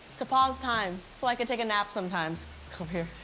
to pause time so i could take a nap sometimes. let's go over here.